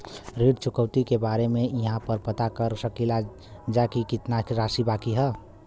ऋण चुकौती के बारे इहाँ पर पता कर सकीला जा कि कितना राशि बाकी हैं?